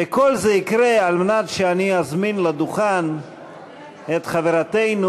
וכל זה יקרה על מנת שאני אזמין לדוכן את חברתנו